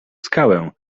skałę